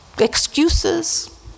Excuses